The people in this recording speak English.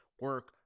Work